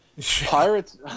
Pirates